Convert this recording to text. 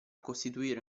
costituire